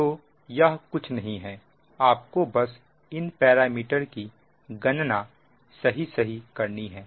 तो यह कुछ नहीं है आपको बस इन पैरामीटर की गणना सही सही करनी है